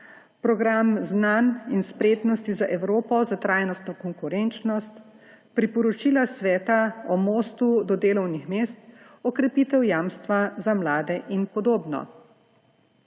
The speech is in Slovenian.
Program znanj in spretnosti za Evropo za trajnostno konkurenčnost, Priporočila Sveta o mostu do delovnih mest, Okrepitev jamstva za mlade in podobno.